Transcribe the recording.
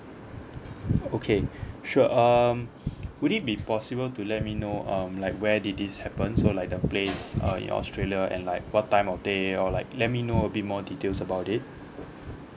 okay sure um would it be possible to let me know um like where did this happen so like the place uh in australia and like what time of day or like let me know a bit more details about it